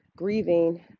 grieving